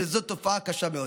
וזאת תופעה קשה מאוד.